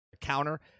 counter